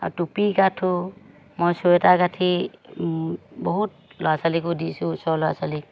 আৰু টুপি গাঠো মই চুৱেটাৰ গাঁঠি বহুত ল'ৰা ছোৱালীকো দিছোঁ ওচৰ ল'ৰা ছোৱালীক